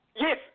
Yes